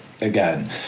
Again